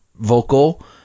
vocal